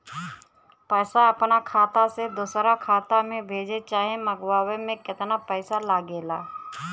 पैसा अपना खाता से दोसरा खाता मे भेजे चाहे मंगवावे में केतना पैसा लागेला?